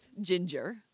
ginger